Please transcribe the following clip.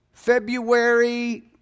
February